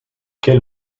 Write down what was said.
quel